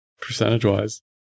percentage-wise